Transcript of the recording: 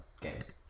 games